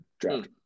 draft